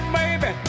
baby